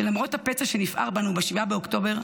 שלמרות הפצע שנפער בנו ב-7 באוקטובר,